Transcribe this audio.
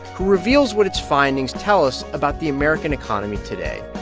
who reveals what its findings tell us about the american economy today.